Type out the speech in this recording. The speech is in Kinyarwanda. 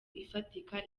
ifatika